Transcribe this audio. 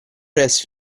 presso